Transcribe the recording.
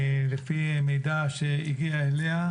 לפי מידע שהגיע אליה,